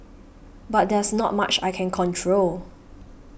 but there's not much I can control